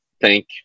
thank